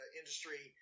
industry